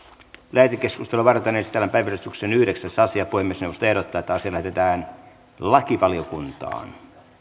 lähetekeskustelua varten esitellään päiväjärjestyksen yhdeksäs asia puhemiesneuvosto ehdottaa että asia lähetetään lakivaliokuntaan